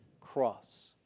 cross